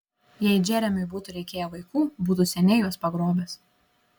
jei džeremiui būtų reikėję vaikų būtų seniai juos pagrobęs